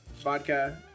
vodka